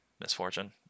Misfortune